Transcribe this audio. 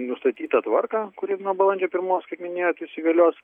nustatytą tvarką kuri nuo balandžio pirmos kaip minėjot įsigalios